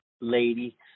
lady